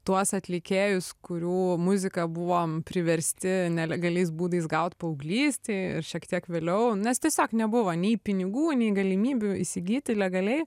tuos atlikėjus kurių muziką buvom priversti nelegaliais būdais gaut paauglystėj šiek tiek vėliau nes tiesiog nebuvo nei pinigų nei galimybių įsigyti legaliai